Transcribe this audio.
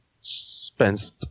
spends